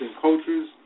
cultures